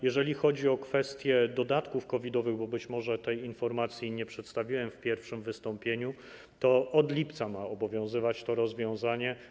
Jeżeli chodzi o kwestię dodatków COVID-owych - bo być może tej informacji nie przedstawiłem w pierwszym wystąpieniu - to od lipca ma obowiązywać to rozwiązanie.